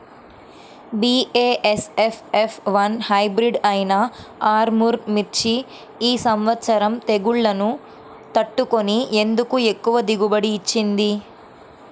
BASF F one hybrid అయినా ఆర్ముర్ మిర్చి ఈ సంవత్సరం తెగుళ్లును తట్టుకొని ఎందుకు ఎక్కువ దిగుబడి ఇచ్చింది?